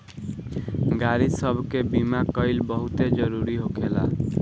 गाड़ी सब के बीमा कइल बहुते जरूरी होखेला